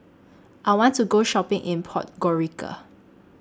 I want to Go Shopping in Podgorica